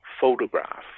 photograph